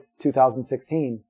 2016